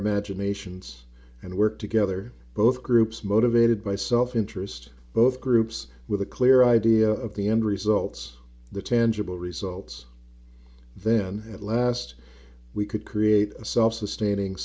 imaginations and work together both groups motivated by self interest both groups with a clear idea of the end results the tangible results then at last we could create a self sustaining